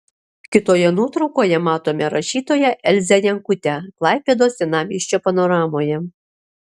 kitoje nuotraukoje matome rašytoją elzę jankutę klaipėdos senamiesčio panoramoje